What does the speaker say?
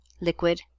liquid